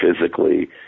physically